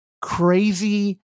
crazy